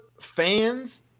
fans